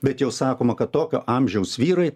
bet jau sakoma kad tokio amžiaus vyrai